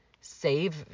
save